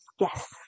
Yes